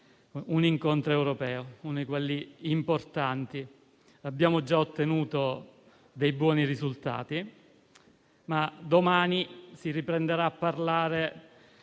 un incontro europeo, uno di quelli importanti. Abbiamo già ottenuto dei buoni risultati, ma domani si riprenderà a parlare